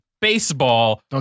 baseball